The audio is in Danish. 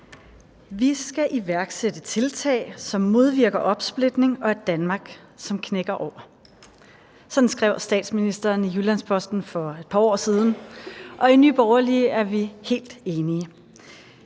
»Vi skal iværksætte tiltag, som modvirker opsplitning og et Danmark, som knækker over.« Sådan skrev statsministeren i Jyllands-Posten for et par år siden, og i Nye Borgerlige er vi helt enige.